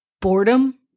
Boredom